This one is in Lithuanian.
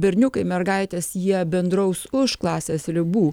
berniukai mergaitės jie bendraus už klasės ribų